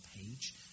page